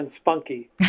spunky